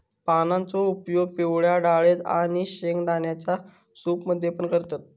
पानांचो उपयोग पिवळ्या डाळेत आणि शेंगदाण्यांच्या सूप मध्ये पण करतत